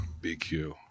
BQ